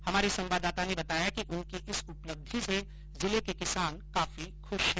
हमारे संवाददाता ने बताया कि उनकी इस उपलब्धि से जिले के किसान काफी खुश है